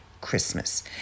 Christmas